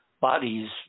bodies